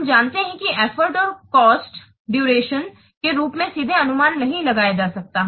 हम जानते हैं कि एफर्ट और कॉस्ट दरशण के रूप में सीधे अनुमान नहीं लगाया जा सकता है